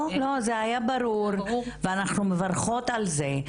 לא, זה היה ברור ואנחנו מברכות על זה.